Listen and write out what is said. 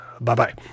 Bye-bye